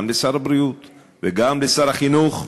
גם לשר הבריאות וגם לשר החינוך,